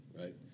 right